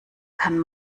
kann